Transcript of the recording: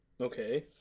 Okay